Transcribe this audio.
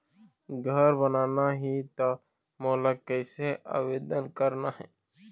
घर बनाना ही त मोला कैसे आवेदन करना हे?